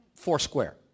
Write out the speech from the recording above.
Foursquare